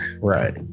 right